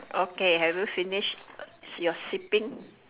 okay have you finished your seating